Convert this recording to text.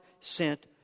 sent